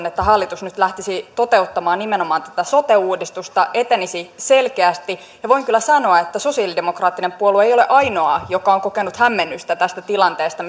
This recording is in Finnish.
että hallitus nyt lähtisi toteuttamaan nimenomaan tätä sote uudistusta etenisi selkeästi voin kyllä sanoa että sosialidemokraattinen puolue ei ole ainoa joka on kokenut hämmennystä tästä tilanteesta